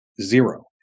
Zero